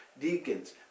deacons